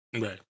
Right